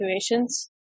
situations